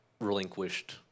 relinquished